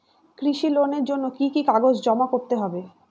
কৃষি লোনের জন্য কি কি কাগজ জমা করতে হবে?